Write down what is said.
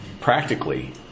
practically